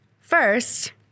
first